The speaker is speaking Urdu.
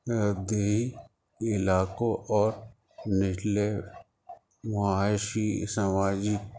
دیہی علاقوں اور نچلے معاشی سماجی